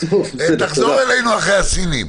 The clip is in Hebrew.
תחזור אלינו אחרי הסינים.